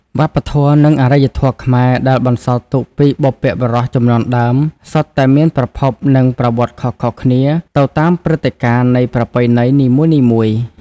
វប្បធម៌ និងអារ្យធម៌ខ្មែរ ដែលបន្សល់ទុកពីបុព្វបុរសជំនាន់ដើម សុទ្ធតែមានប្រភព និងប្រវត្តិខុសៗគ្នា ទៅតាមព្រឹត្តិការណ៍នៃប្រពៃណីនីមួយៗ។